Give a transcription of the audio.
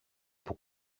που